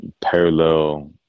parallel